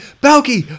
Balky